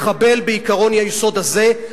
מחבל בעקרון היסוד הזה,